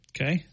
Okay